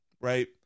right